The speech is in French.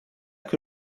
que